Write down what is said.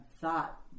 thought